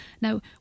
Now